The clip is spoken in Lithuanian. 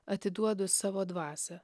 atiduodu savo dvasią